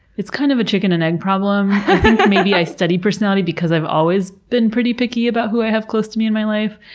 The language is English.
it's kind of a chicken and egg problem, i think maybe i study personality because i've always been pretty picky about who i have close to me in my life.